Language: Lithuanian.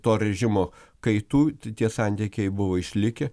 to režimo kaitų tie santykiai buvo išlikę